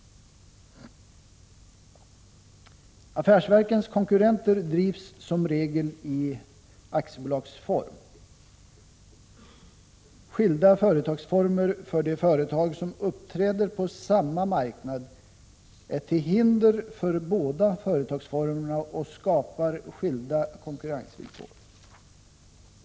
Affärsverkens konkurrenter bedriver som regel sin verksamhet i aktiebolagsform. Skilda företagsformer för de företag som uppträder på samma marknad är till hinder för båda företagsformerna och skapar skilda konkurrensvillkor.